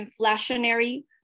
inflationary